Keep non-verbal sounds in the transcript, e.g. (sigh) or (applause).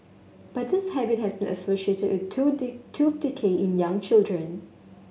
but this habit has been associated with tooth (unintelligible) tooth decay in young children